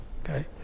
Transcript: Okay